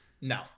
no